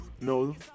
no